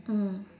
mm